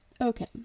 okay